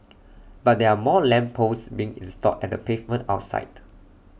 but there are more lamp posts being installed at the pavement outside